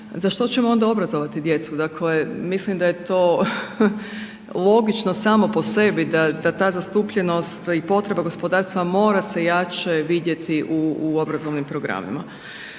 za što ćemo onda obrazovati djecu, dakle mislim da je to logično samo po sebi da ta zastupljenost i potreba gospodarstva mora se jače vidjeti u obrazovnim programima.